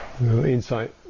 insight